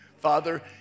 Father